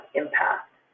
impact